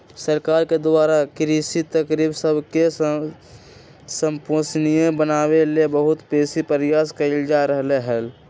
सरकार द्वारा कृषि के तरकिब सबके संपोषणीय बनाबे लेल बहुत बेशी प्रयास कएल जा रहल हइ